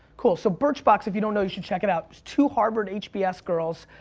cool, so birchbox, if you don't know you should check it out, it's two harvard hbs girls,